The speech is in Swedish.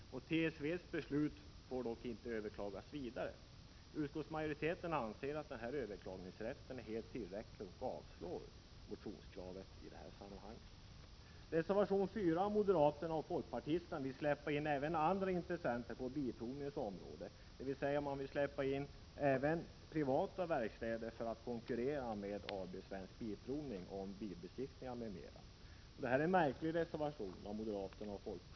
TSV:s beslut får dock inte överklagas vidare. Utskottsmajoriteten anser att den här överklagningsrätten är helt tillräcklig och avstyrker motionskravet. Enligt reservation nr 4 vill moderater och folkpartister släppa in andra intressenter på bilprovningens område, dvs. man vill släppa in även helt privata verkstäder för att konkurrera med AB Svensk Bilprovning om bilbesiktningar m.m. Det här är en märklig reservation.